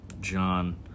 John